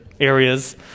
areas